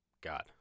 God